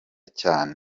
cyane